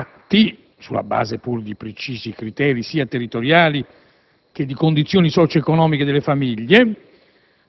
a prorogare gli sfratti, pur sulla base di precisi criteri sia territoriali che di condizioni socio-economiche delle famiglie,